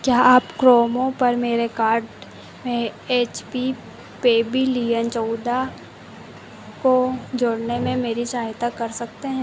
क्या आप क्रोमो पर मेरे कार्ट में एच पी पेबिलियन चौदह को जोड़ने में मेरी सहायता कर सकते हैं